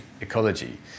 ecology